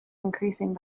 increasing